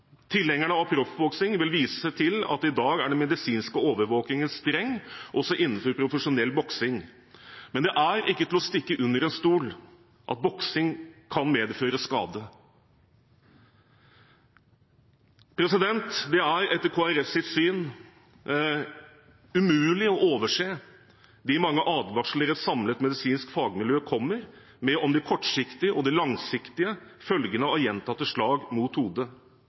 Tilhengerne av proffboksing vil vise til at i dag er den medisinske overvåkingen streng, også innenfor profesjonell boksing. Men det er ikke til å stikke under stol at boksing kan medføre skade. Det er etter Kristelig Folkepartis syn umulig å overse de mange advarsler et samlet medisinsk fagmiljø kommer med om de kortsiktige og langsiktige følgene av gjentatte slag mot